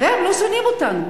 הם לא שונאים אותנו.